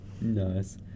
Nice